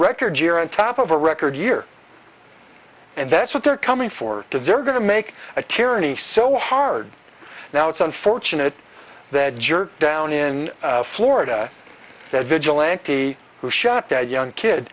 record year on top of a record year and that's what they're coming for dessert going to make a tyranny so hard now it's unfortunate that jer down in florida that vigilante who shot that young kid